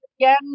Again